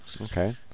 Okay